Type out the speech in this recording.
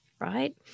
right